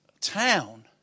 town